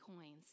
coins